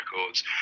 records